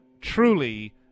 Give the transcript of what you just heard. truly